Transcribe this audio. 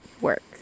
work